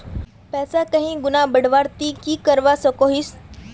पैसा कहीं गुणा बढ़वार ती की करवा सकोहिस?